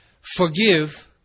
forgive